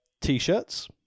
t-shirts